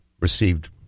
received